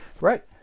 Right